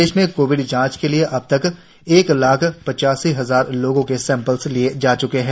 प्रदेश में कोविड जांच के लिए अब तक एक लाख पचासी हजार लोगों के सैंपल लिए जा च्के है